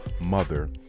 mother